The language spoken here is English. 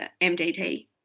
MDT